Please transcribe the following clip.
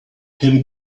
him